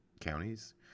counties